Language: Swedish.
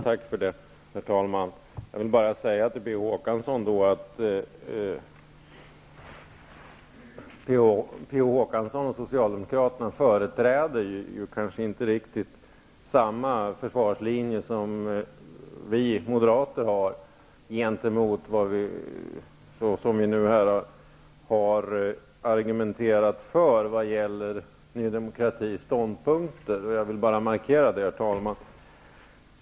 Herr talman! Jag vill bara säga till Per Olof Håkansson att han och socialdemokraterna inte förträder riktigt samma försvarslinje som vi moderater nu har argumenterat för vad gäller Ny demokratis ståndpunkter. Jag vill bara markera det, herr talman.